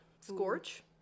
Scorch